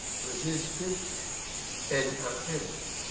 resist it and upheld.